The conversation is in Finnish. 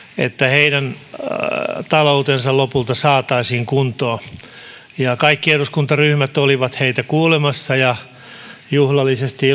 heidän taloutensa lopulta saataisiin kuntoon kaikki eduskuntaryhmät olivat heitä kuulemassa ja juhlallisesti